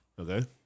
Okay